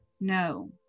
No